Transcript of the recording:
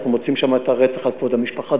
אנחנו מוצאים שם רצח על כבוד המשפחה,